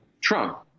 Trump